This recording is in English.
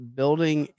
building